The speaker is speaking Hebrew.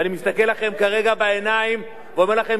ואני מסתכל לכם כרגע בעיניים ואומר לכם